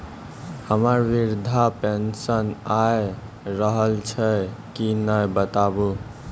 हमर वृद्धा पेंशन आय रहल छै कि नैय बताबू?